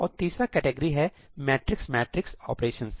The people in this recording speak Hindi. और तीसरा कैटेगरी है मैट्रिक्स मैट्रिक्स ऑपरेशंस